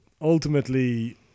ultimately